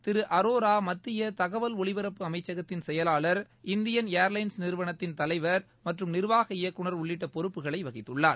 திருஅரோராமத்தியதகவல் ஒலிபரப்பு அமைச்சகத்தின் செயலாளா் இந்தியன் ஏா்லைன்ஸ் நிறுவனத்தின் தலைவர் மற்றும் நிர்வாக இயக்குநர் உள்ளிட்டபொறுப்புகளைவகித்துள்ளார்